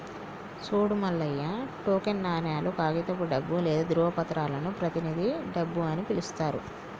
సూడు మల్లయ్య టోకెన్ నాణేలు, కాగితపు డబ్బు లేదా ధ్రువపత్రాలను ప్రతినిధి డబ్బు అని పిలుత్తారు